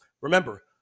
Remember